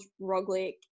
Roglic